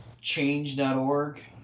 change.org